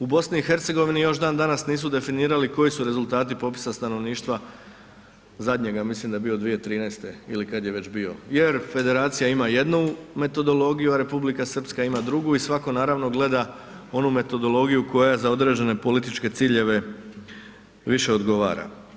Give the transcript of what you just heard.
U BiH još dan danas nisu definirali koji su rezultati popisa stanovništva, zadnjega, ja mislim da je bio 2013. ili kad je već bio jer Federacija ima jednu metodologiju, a Republika Srpska ima drugu i svako naravno gleda onu metodologiju koja za određene političke ciljeve više odgovara.